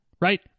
Right